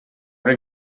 era